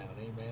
Amen